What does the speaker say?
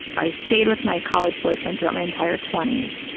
i stayed with my college boyfriend throughout my entire twenty s,